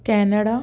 Canada